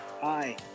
Hi